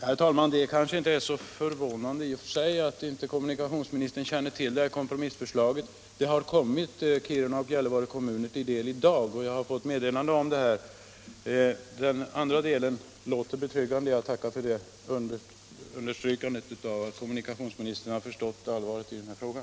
Herr talman! Det kanske i och för sig inte är förvånande att kommunikationsministern inte känner till kompromissförslaget. Det har kommit Kiruna och Gällivare kommuner till handa i dag — jag har fått meddelande om det. Den andra delen av kommunikationsministerns inlägg låter betryggande. Jag tackar för det understrykandet av att kommunikationsministern förstått allvaret i-den här frågan.